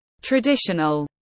Traditional